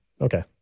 Okay